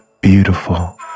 beautiful